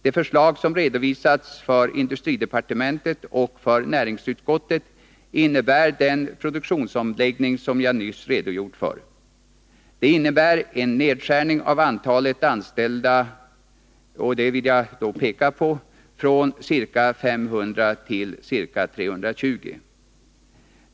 Det förslag som redovisats för industridepartementet och för näringsutskottet innebär den produktionsomläggning som jag nyss redogjort för. Det medför en nedskärning av antalet anställda från ca 500 till ca 320.